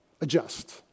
Adjust